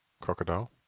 crocodile